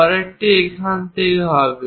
পরেরটি এখান থেকে হবে